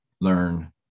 learn